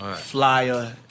flyer